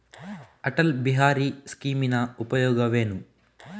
ಅಟಲ್ ಬಿಹಾರಿ ಸ್ಕೀಮಿನ ಉಪಯೋಗವೇನು?